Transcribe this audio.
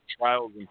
trials